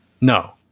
no